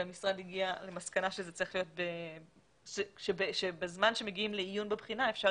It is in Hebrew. והמשרד הגיע למסקנה שבזמן שמגיעים לעיון בבחינה אפשר